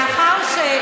לאחר,